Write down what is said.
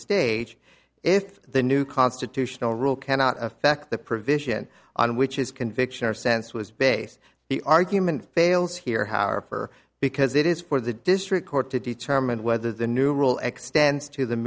stage if the new constitutional rule cannot affect the provision on which his conviction or sense was base the argument fails here how or for because it is for the district court to determine whether the new rule extends to the